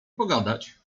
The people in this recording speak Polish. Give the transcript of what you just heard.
pogadać